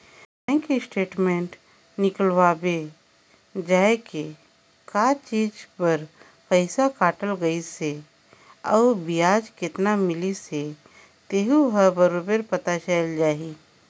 bank statement निकलवाबे जाये के का चीच बर पइसा कटाय गइसे अउ बियाज केतना मिलिस हे तेहू हर बरोबर पता चल जाही